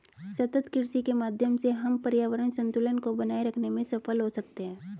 सतत कृषि के माध्यम से हम पर्यावरण संतुलन को बनाए रखते में सफल हो सकते हैं